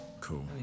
Cool